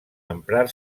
emprar